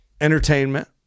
entertainment